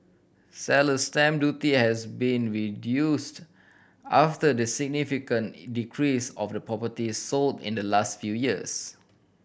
seller's stamp duty has been reduced after the significant decrease of the properties sold in the last few years